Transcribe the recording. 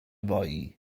boi